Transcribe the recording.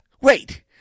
wait